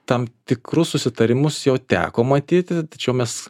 tam tikrus susitarimus jau teko matyti tačiau mes